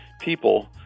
people